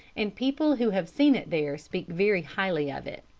and people who have seen it there speak very highly of it.